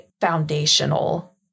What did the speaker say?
foundational